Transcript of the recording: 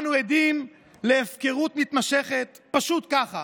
אנו עדים להפקרות מתמשכת, פשוט ככה.